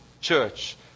church